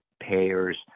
payers